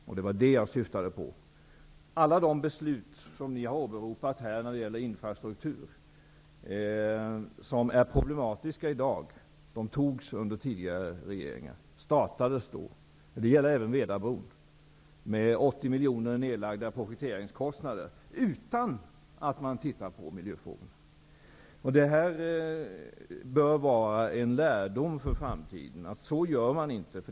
Alla de beslut om infrastrukturen som ni har åberopat här, och som skapar problem i dag, fattades under tidigare regeringar. Det gäller även Vedabron. Där har 80 miljoner kronor lags ned enbart på projekteringen. Då har miljöfrågorna ändå inte setts över. Det här bör utgöra en lärdom för framtiden: så gör man inte.